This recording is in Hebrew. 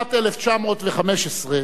בשנת 1915,